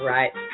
Right